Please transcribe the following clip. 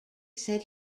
said